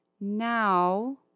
now